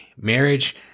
marriage